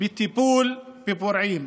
בטיפול בפורעים'.